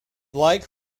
like